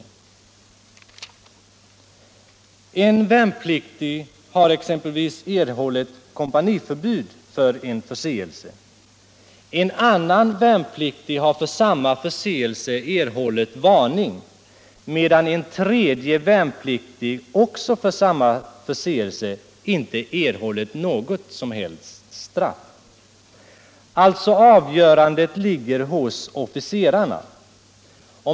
För samma förseelse har exempelvis en värnpliktig erhållit kompaniförbud, en annan värnpliktig varning medan en tredje inte fått något straff. Avgörandet ligger alltså hos officerarna.